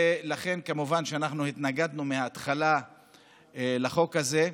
לכן כמובן שהתנגדנו מההתחלה לחוק הזה,